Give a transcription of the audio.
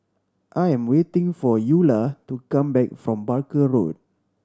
I am waiting for Eula to come back from Barker Road